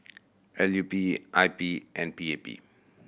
L U P I P and P A P